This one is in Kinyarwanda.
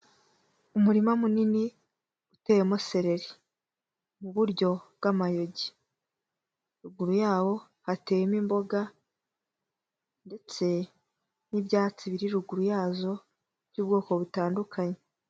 Umurima munini uteyemo sereri mu buryo bw'amayogi. Ruguru yawo hateyemo imboga ndetse n'ibyatsi biri ruguru yazo by'ubwoko butandukanye.